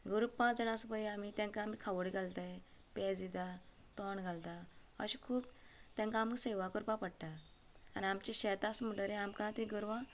गोरवां पांच जाणां आसा पळय आमी तेंकां आमी खावड घालताय पेज दिता तण घालता अशें खूब तेंकां आमकां सेवा करपा पडटा आनी आमचें शेत आसा म्हणटगेर आमकां ती गोरवां